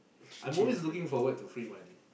I'm always looking forward to free money